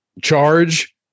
charge